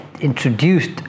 introduced